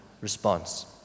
response